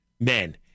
men